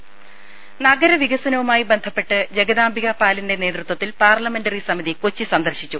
രും നഗര വികസനവുമായി ബന്ധപ്പെട്ട് ജഗദാംബികപാലിന്റെ നേതൃത്വത്തിൽ പാർലമെന്ററി സമിതി കൊച്ചി സന്ദർശിച്ചു